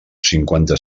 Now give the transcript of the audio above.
cinquanta